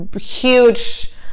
huge